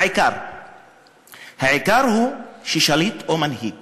העיקר הוא ששליט או מנהיג